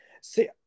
see